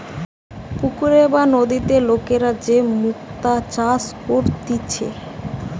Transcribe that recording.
পুকুরে বা নদীতে লোকরা যে মুক্তা চাষ করতিছে